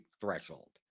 threshold